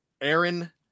Aaron